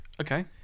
Okay